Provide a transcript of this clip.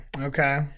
Okay